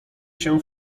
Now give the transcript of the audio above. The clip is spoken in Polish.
się